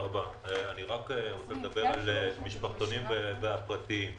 על משפחתונים פרטיים.